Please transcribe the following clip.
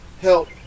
help